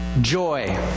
Joy